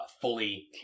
fully